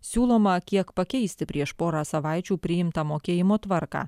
siūloma kiek pakeisti prieš porą savaičių priimtą mokėjimo tvarką